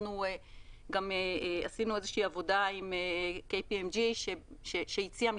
אנחנו גם עשינו איזו עבודה עם KPMG שהציעה